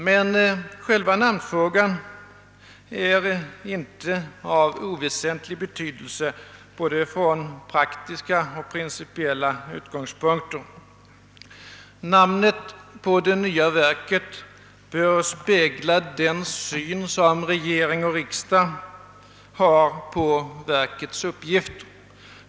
Men själva namnfrågan är ändå inte av oväsentlig betydelse vare sig från praktisk eller principiell utgångspunkt. Namnet på det nya verket bör spegla den syn som regering och riksdag har på verkets uppgift.